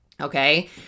Okay